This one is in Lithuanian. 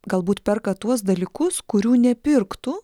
galbūt perka tuos dalykus kurių nepirktų